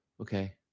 Okay